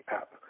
app